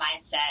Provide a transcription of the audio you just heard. mindset